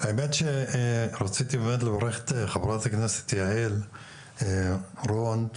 האמת שרציתי באמת לברך את חברת הכנסת יעל רון